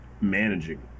managing